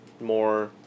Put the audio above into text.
more